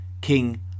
King